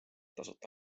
tasuta